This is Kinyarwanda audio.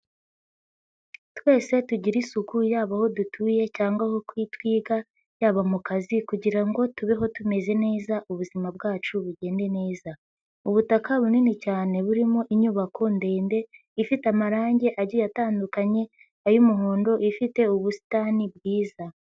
Twese tugire isuku yaba aho dutuye cyangwa aho twiga, yaba mu kazi kugira ngo tubeho tumeze neza, ubuzima bwacu bugende neza, ubutaka bunini cyane, burimo inyubako ndende ifite amarangi agiye atandukanye, ay'umuhond, ifite ubusitani bwiza.